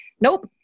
Nope